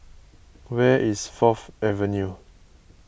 where is Fourth Avenue